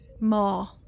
More